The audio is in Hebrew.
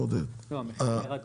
לא, המחיר ירד.